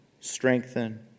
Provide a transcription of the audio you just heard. strengthen